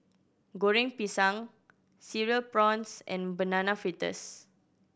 Goreng Pisang Cereal Prawns and Banana Fritters